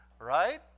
right